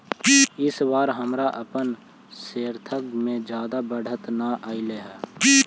इस बार हमरा अपन शेयर्स में जादा बढ़त न लगअ हई